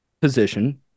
position